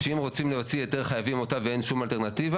שאם רוצים להוציא היתר חייבים אותה ואין שום אלטרנטיבה,